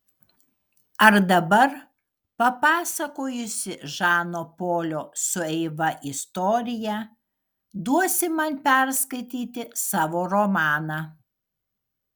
ar dabar papasakojusi žano polio su eiva istoriją duosi man perskaityti savo romaną